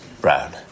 Brown